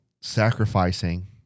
sacrificing